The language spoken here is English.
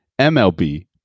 MLB